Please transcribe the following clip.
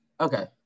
okay